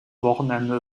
wochenende